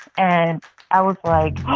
and i was like,